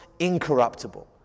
incorruptible